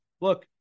Look